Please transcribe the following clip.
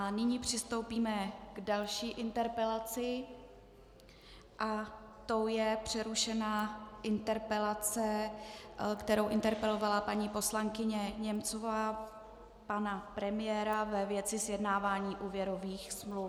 Nyní přistoupíme k další interpelaci a tou je přerušená interpelace, kterou interpelovala paní poslankyně Němcová pana premiéra ve věci sjednávání úvěrových smluv.